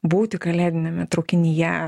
būti kalėdiniame traukinyje